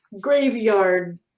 graveyard